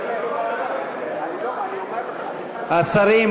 השרים